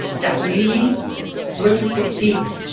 that we will succeed,